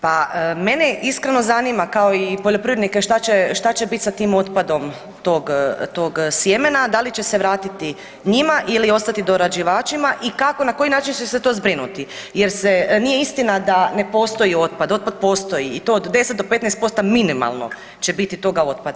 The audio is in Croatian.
Pa mene iskreno zanima kao i poljoprivrednike šta će bit sa tim otpadom tog sjemena, da li će se vratiti njima ili ostati dorađivačima i kako i na koji način će se to zbrinuti jer nije istina da ne postoji otpad, otpad postoji i to od 10 do 15% minimalno će biti toga otpada.